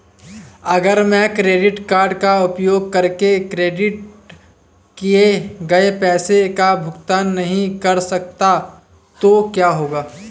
अगर मैं credit card का उपयोग करके क्रेडिट किए गए पैसे का भुगतान नहीं कर सकता तो क्या होगा?